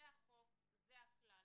זה החוק, זה הכלל.